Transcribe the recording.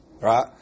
Right